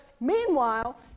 meanwhile